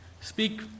Speak